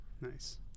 Nice